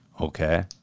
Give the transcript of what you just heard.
Okay